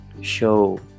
show